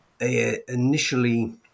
initially